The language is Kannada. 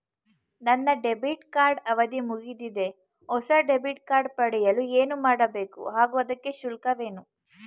ನನ್ನ ಡೆಬಿಟ್ ಕಾರ್ಡ್ ಅವಧಿ ಮುಗಿದಿದೆ ಹೊಸ ಡೆಬಿಟ್ ಕಾರ್ಡ್ ಪಡೆಯಲು ಏನು ಮಾಡಬೇಕು ಹಾಗೂ ಇದಕ್ಕೆ ಶುಲ್ಕವೇನು?